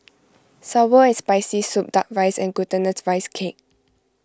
Sour and Spicy Soup Duck Rice and Glutinous Rice Cake